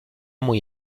muy